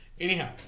Anyhow